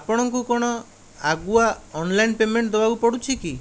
ଆପଣଙ୍କୁ କ'ଣ ଆଗୁଆ ଅନଲାଇନ୍ ପେମେଣ୍ଟ ଦେବାକୁ ପଡ଼ୁଛି କି